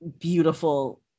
beautiful